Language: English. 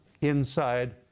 inside